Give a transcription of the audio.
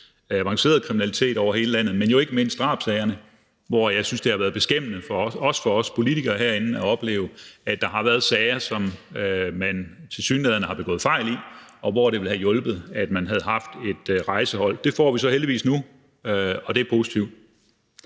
avanceret kriminalitet over hele landet, men jo ikke mindst drabssagerne, hvor jeg synes det har været beskæmmende, også for os politikere herinde, at opleve, at der har været sager, som man tilsyneladende har begået fejl i, og hvor det ville have hjulpet, at man havde haft et rejsehold. Det får vi så heldigvis nu, og det er positivt.